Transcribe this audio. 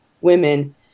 women